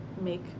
make